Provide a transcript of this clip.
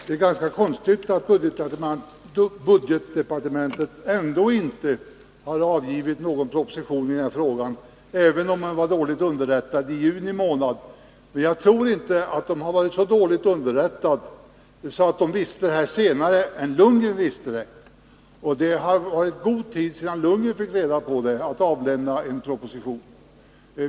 Herr talman! Det är ganska konstigt att budgetdepartementet ändå inte har avgivit någon proposition i denna fråga, även om man var dåligt underrättad i juni. Man har väl inte varit så dåligt underrättad att man visste detta senare än Bo Lundgren visste det, och det har varit god tid att avlämna en proposition.